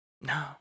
No